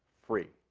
free.